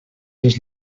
les